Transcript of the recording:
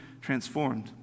transformed